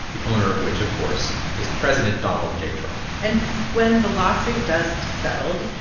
the owner of which, of course, is president donald j. trump and when the lawsuit dust settled,